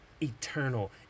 eternal